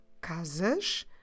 casas